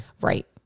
Right